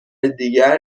دیگر